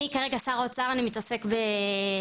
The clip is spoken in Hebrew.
אני כרגע שר האוצר אני מתעסק בכל